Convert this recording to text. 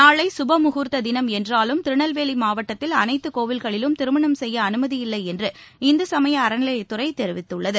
நாளை கபமுகூர்த்த தினம் என்றாலும் திருநெல்வேலி மாவட்டத்தில் அனைத்துக் கோவில்களிலும் திருமணம் செய்ய அனுமதியில்லை என்று இந்து சமய அறநிலையத்துறை தெரிவித்துள்ளது